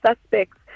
suspects